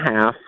half